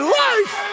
life